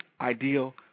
ideal